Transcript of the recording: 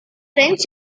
french